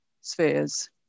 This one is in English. spheres